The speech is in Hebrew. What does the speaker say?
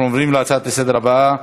נעבור להצעות לסדר-היום בנושא: